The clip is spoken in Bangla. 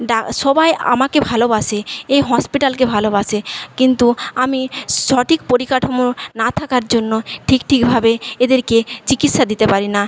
ডা সবাই আমাকে ভালোবাসে এই হসপিটালকে ভালোবাসে কিন্তু আমি সঠিক পরিকাঠামো না থাকার জন্য ঠিক ঠিকভাবে এদেরকে চিকিৎসা দিতে পারি না